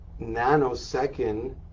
nanosecond